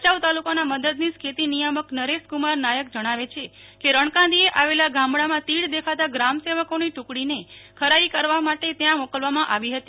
ભચાઉ તાલુકા ના મદદનીશ ખેતી નિયામક નરેશ કુમાર નાયક જણાવે છે કે રણકાંધિ એ આવેલા ગામડા માં તીડ દેખાતા ગ્રામ સેવકો ની ટૂકડી ને ખરાઈ કરવા માટે ત્યાં મોકલવા માં આવી હતી